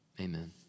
Amen